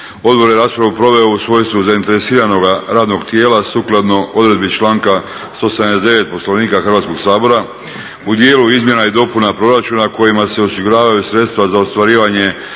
Odbor je raspravu proveo u svojstvu zainteresiranoga radnog tijela sukladno odredbi članka 179. Poslovnika Hrvatskog sabora u dijelu izmjena i dopuna proračuna kojima se osiguravaju sredstva za ostvarivanje